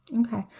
Okay